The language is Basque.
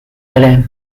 ere